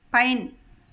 pine